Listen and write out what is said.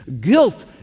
Guilt